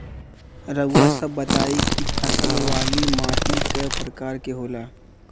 रउआ सब बताई कि फसल वाली माटी क प्रकार के होला?